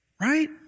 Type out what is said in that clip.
right